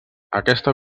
aquesta